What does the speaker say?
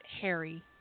Harry